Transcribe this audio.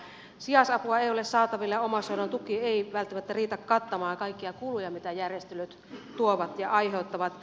sijaisapua ei ole saatavilla ja omaishoidon tuki ei välttämättä riitä kattamaan kaikkia kuluja mitä järjestelyt tuovat ja aiheuttavat